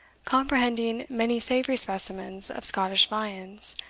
comprehending many savoury specimens of scottish viands,